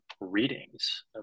readings